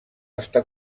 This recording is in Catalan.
està